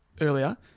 earlier